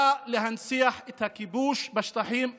בא להנציח את הכיבוש בשטחים הכבושים.